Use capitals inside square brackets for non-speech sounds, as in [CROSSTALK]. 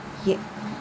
[NOISE]